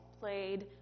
played